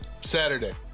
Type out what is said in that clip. Saturday